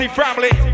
family